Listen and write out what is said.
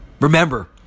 remember